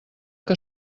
que